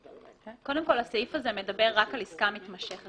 הסעיף מדבר רק על עסקה מתמשכת,